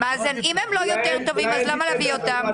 מאזן, אם הם לא יותר טובים, אז למה להביא אותם?